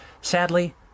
Sadly